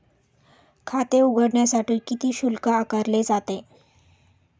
खाते उघडण्यासाठी किती शुल्क आकारले जाते?